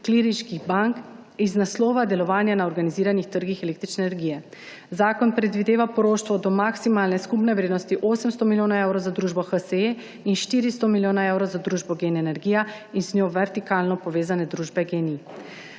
klirinških bank iz naslova delovanja na organiziranih trgih električne energije. Zakon predvideva poroštvo do maksimalne skupne vrednosti 800 milijonov evrov za družbo HSE in 400 milijonov evrov za družbo GEN energija in z njo vertikalno povezane družbe Gen-I.